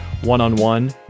one-on-one